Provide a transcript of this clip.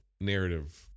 Narrative